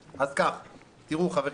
חברים,